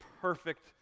perfect